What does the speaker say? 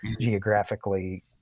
geographically